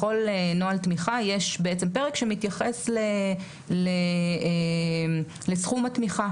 בכל נוהל תמיכה יש בעצם פרק שמתייחס לסכום התמיכה